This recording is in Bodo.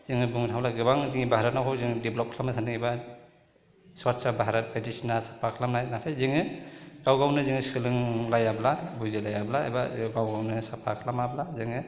जोङो बुंनो थाङोब्ला गोबां जोंनि भारतनाखौ जों डेभेलप खालामनो सान्दों एबा स्वच्छ भारत बायदिसिना साफा खालामनाय जोङो गाव गावनो जोङो सोलोंलायाब्ला बुजिलायाब्ला एबा जों गावबा गावनो साफा खालामाब्ला जोङो